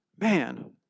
Man